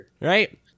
Right